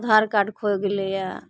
आधारकार्ड खोइ गेलैए